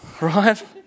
Right